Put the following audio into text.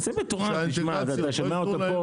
שהאינטגרציות לא יתנו להם,